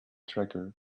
tracker